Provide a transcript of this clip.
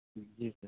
जी sir